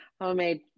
homemade